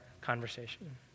conversation